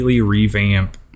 revamp